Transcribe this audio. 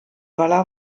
walla